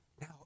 Now